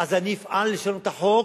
אז אני אפעל לשנות את החוק,